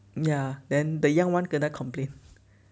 ya then the young one kena complain